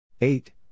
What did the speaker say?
eight